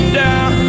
down